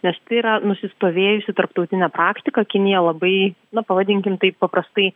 nes tai yra nusistovėjusi tarptautinė praktika kinija labai na pavadinkim taip paprastai